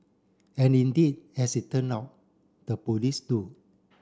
and indeed as it turn out the police do